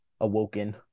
awoken